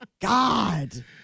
god